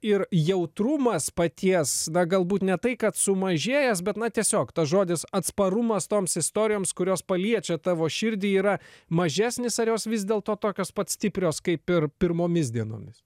ir jautrumas paties na galbūt ne tai kad sumažėjęs bet na tiesiog tas žodis atsparumas toms istorijoms kurios paliečia tavo širdį yra mažesnis ar jos vis dėlto tokios pat stiprios kaip ir pirmomis dienomis